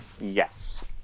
yes